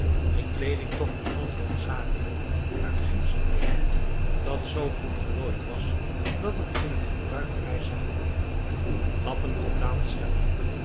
de kleeding toch bestond hoofdzakelijk uit gemzenleder dat z goed gelooid was dat het in het gebruik vrij zacht bleef lappen getaand zeildoek